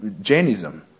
Jainism